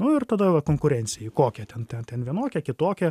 nu ir tada va konkurencija į kokią ten ten vienokią kitokią